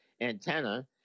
antenna